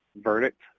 verdict